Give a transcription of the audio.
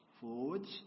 forwards